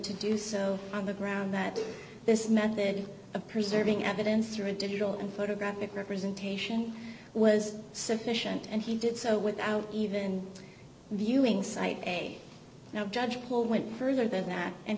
to do so on the ground that this method of preserving evidence or a digital and photographic representation was sufficient and he did so without even viewing site a no judge paul went further than that and